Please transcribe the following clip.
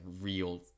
real